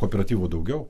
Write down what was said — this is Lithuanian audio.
kooperatyvo daugiau